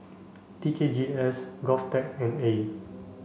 T K G S GOVTECH and AYE